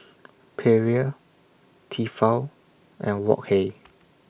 Perrier Tefal and Wok Hey